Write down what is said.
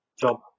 job